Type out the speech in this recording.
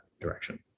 direction